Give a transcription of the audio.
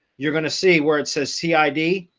you're going to see where it says see id,